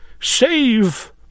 save